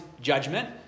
judgment